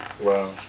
Wow